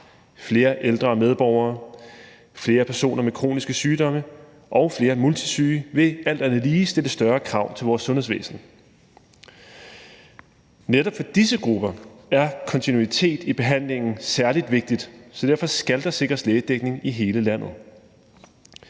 flere ældre medborgere, flere personer med kroniske sygdomme og flere multisyge vil alt andet lige stille større krav til vores sundhedsvæsen. Netop for disse grupper er kontinuitet i behandlingen særlig vigtig, så derfor skal der sikres lægedækning i hele landet.